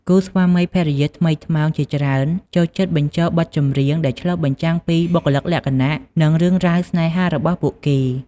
គូស្វាមីភរិយាថ្មីថ្មោងជាច្រើនចូលចិត្តបញ្ចូលនូវបទចម្រៀងដែលឆ្លុះបញ្ចាំងពីបុគ្គលិកលក្ខណៈ និងរឿងរ៉ាវស្នេហារបស់ពួកគេ។